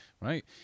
right